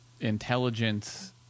intelligence